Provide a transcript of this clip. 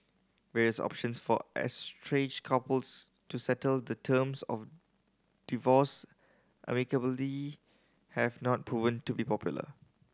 various options for estranged couples to settle the terms of divorce amicably have not proven to be popular